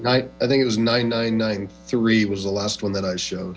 in i think it was nine nine nine three was the last one that i show